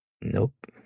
Nope